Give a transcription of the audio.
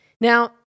Now